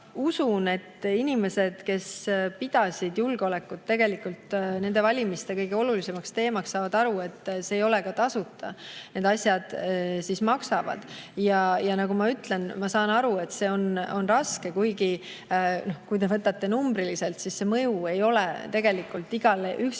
usun, et inimesed, kes pidasid julgeolekut nende valimiste kõige olulisemaks teemaks, saavad aru, et see ei ole tasuta. Need asjad maksavad. Ja nagu ma olen öelnud, ma saan aru, et see on raske. Samas, kui te võtate numbriliselt, siis see mõju ei ole tegelikult igale üksikule